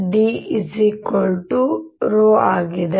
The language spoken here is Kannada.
D 𝝆 ಆಗಿದೆ